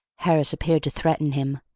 harris appeared to threaten him.